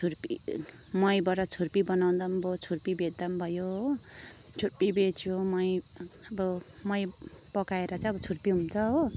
छुर्पी महीबाट छुर्पी बनाउँदा भयो छुर्पी बेच्दा पनि भयो हो छुर्पी बेच्यो मही अब मही पकाएर चाहिँ छुर्पी हुन्छ हो